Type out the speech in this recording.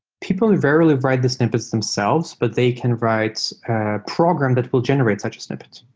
people rarely write this emphasis themselves, but they can write a program that will generate such a snippet.